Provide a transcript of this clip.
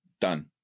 Done